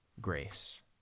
grace